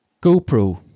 GoPro